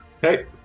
Hey